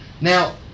now